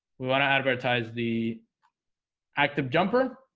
we want to advertise the active jumper